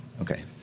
Okay